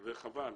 וחבל.